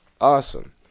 Awesome